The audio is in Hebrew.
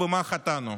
במה חטאנו?